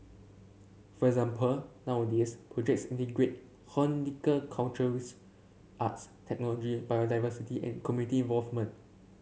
for example nowadays projects integrate horticulture with arts technology biodiversity and community involvement